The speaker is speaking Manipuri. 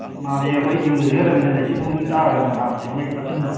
ꯃꯥꯟꯅꯤ ꯑꯩꯈꯣꯏ ꯏꯪꯕꯁꯨ ꯍꯦꯟꯂꯕꯅꯤꯅ ꯂꯩꯆꯤꯜ ꯅꯨꯡ ꯇꯔꯒ ꯃꯅꯥ ꯃꯁꯤꯡ ꯂꯣꯏ ꯄꯠꯁꯤꯟꯕ